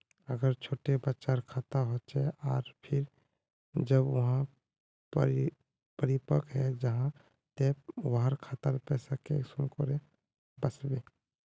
अगर छोटो बच्चार खाता होचे आर फिर जब वहाँ परिपक है जहा ते वहार खातात पैसा कुंसम करे वस्बे?